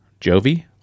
Jovi